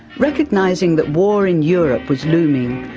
recognising that war in europe was looming,